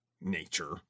nature